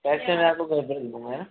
पैसे मैं आपको घर दे दूंगा है न